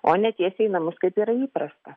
o ne tiesiai į namus kaip yra įprasta